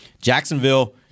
Jacksonville